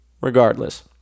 Regardless